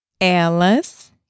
elas